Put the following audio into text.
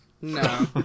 No